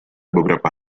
beberapa